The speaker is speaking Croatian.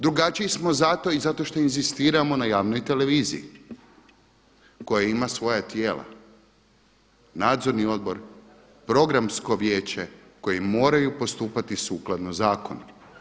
Drugačiji smo zato i zato što inzistiramo na javnoj televiziji koja ima svoja tijela, nadzorni odbor, programsko vijeće koji moraju postupati sukladno zakonu.